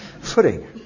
footing